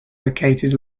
located